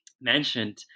mentioned